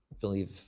believe